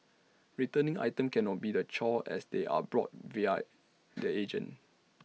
returning items can not be A chore as they are bought via the agent